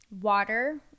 water